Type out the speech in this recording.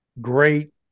Great